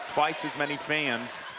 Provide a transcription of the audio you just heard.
twice as many fans,